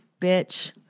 bitch